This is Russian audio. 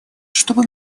чтобы